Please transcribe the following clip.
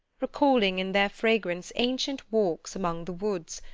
recalling, in their fragrance, ancient walks among the woods,